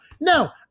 no